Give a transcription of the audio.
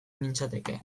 nintzateke